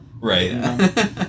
Right